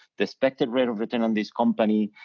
respected rate of return on this company,